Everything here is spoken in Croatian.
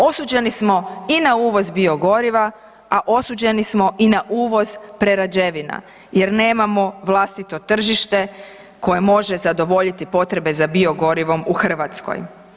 Osuđeni smo i na uvoz biogoriva, a osuđeni smo i na uvoz prerađevina jer nemamo vlastito tržište koje može zadovoljiti potrebe za biogorivom u Hrvatskoj.